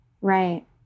Right